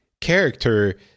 character